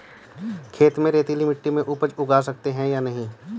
खेत में रेतीली मिटी में उपज उगा सकते हैं या नहीं?